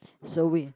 so we